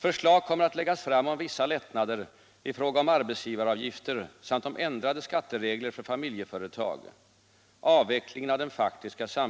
ning för gåvor till ideella och humanitära ändamål.